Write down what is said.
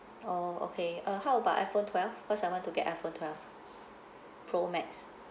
oh okay uh how about iphone twelve because I want to get iphone twelve pro max